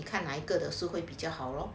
你看哪一个的书会比较好 lor